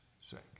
sake